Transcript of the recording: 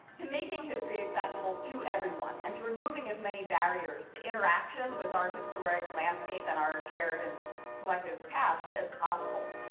to making history accessible to everyone and to removing as many barriers to interaction with our historic landscape and our shared and collective past as possible.